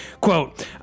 Quote